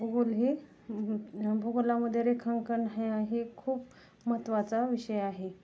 भूगोल हे भूगोलामध्ये रेखांकन ह हे खूप महत्त्वाचा विषय आहे